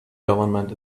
government